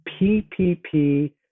PPP